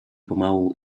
pomału